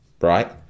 Right